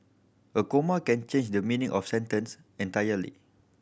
a comma can change the meaning of sentence entirely